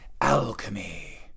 alchemy